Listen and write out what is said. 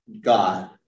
God